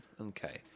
Okay